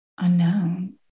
unknown